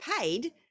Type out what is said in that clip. paid